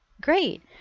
great